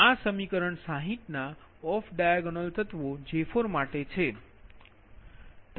અને આ સમીકરણ 60 ના ઓફ ડાયાગોનલ તત્વો J4માટે છે